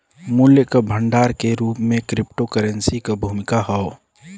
मूल्य क भंडार के रूप में क्रिप्टोकरेंसी क भूमिका हौ